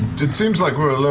it seems like we're,